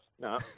No